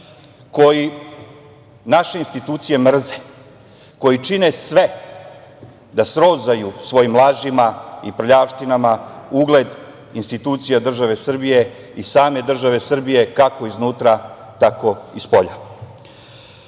koji naše institucije mrze, koji čine sve da srozaju svojim lažima i prljavštinama ugled institucija države Srbije i same države Srbije, kako iznutra, tako i spolja. Prava